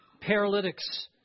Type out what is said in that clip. paralytics